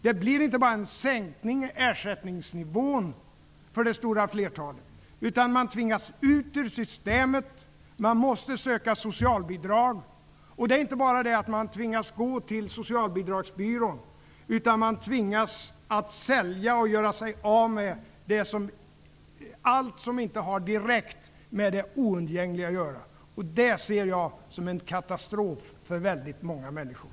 Det blir inte bara en sänkning i ersättningsnivån för det stora flertalet. Man tvingas ut ur systemet, man måste söka socialbidrag. Det handlar inte bara om att man tvingas gå till socialbyrån, utan man tvingas att göra sig av med allt som inte har direkt med det oundgängliga att göra. Det ser jag som en katastrof för väldigt många människor.